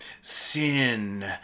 Sin